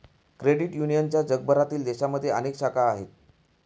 credit युनियनच्या जगभरातील देशांमध्ये अनेक शाखा आहेत